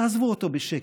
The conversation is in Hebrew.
תעזבו אותו בשקט.